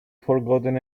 forgotten